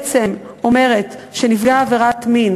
שאומרת שנפגע עבירת מין,